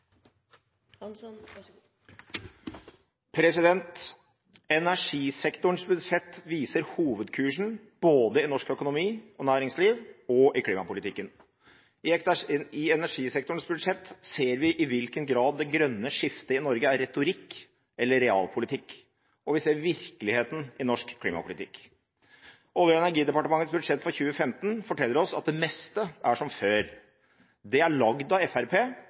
i no. Så kan det kanskje bli eit ordentlig taktskifte til neste år! Replikkordskiftet er omme. Energisektorens budsjett viser hovedkursen både i norsk økonomi og næringsliv og i klimapolitikken. I energisektorens budsjett ser vi i hvilken grad det grønne skiftet i Norge er retorikk eller realpolitikk, og vi ser virkeligheten i norsk klimapolitikk. Olje- og energidepartementets budsjett for 2015 forteller oss at det meste er som før. Det er laget av